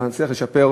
נצליח לשפר,